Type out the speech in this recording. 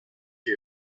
que